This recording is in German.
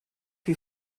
wie